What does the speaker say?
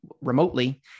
remotely